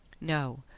No